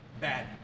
bad